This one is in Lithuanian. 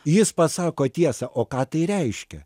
jis pasako tiesą o ką tai reiškia